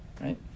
Right